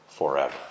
Forever